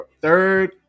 third